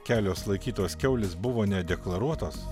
kelios laikytos kiaulės buvo nedeklaruotos